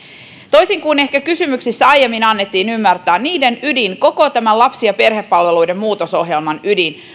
toisin kuin ehkä kysymyksissä aiemmin annettiin ymmärtää niiden ydin koko tämän lapsi ja perhepalveluiden muutosohjelman ydin